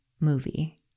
movie